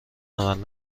عمل